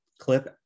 clip